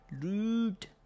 loot